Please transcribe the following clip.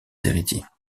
héritiers